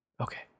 Okay